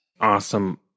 Awesome